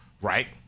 right